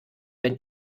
wenn